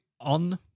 on